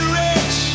rich